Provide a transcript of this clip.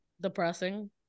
depressing